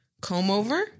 comb-over